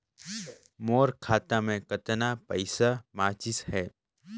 मोर खाता मे कतना पइसा बाचिस हे?